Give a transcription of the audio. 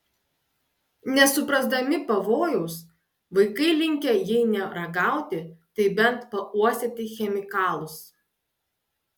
nesuprasdami pavojaus vaikai linkę jei ne ragauti tai bent pauostyti chemikalus